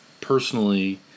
personally